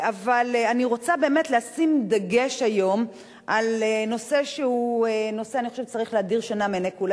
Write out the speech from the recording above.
אבל אני רוצה לשים דגש היום על נושא שצריך להדיר שינה מעינינו,